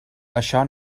això